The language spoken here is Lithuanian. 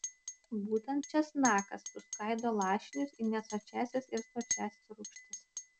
būtent česnakas suskaido lašinius į nesočiąsias ir sočiąsias rūgštis